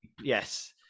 Yes